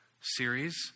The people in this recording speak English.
series